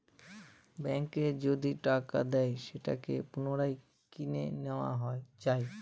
ব্যাঙ্কে যদি টাকা দেয় সেটাকে পুনরায় কিনে নেত্তয়া যায়